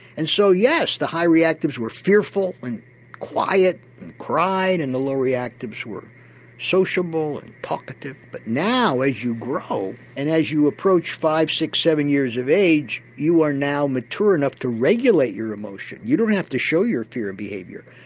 and so yes, the high reactives were fearful and quiet and cried and the low reactives were sociable and talkative. but now as you grow and as you approach five, six, seven years of age you are now mature enough to regulate your emotion. you don't have to show your fear in behaviour,